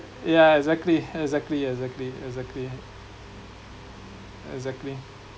yeah exactly exactly exactly exactly exactly